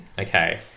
Okay